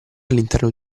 all’interno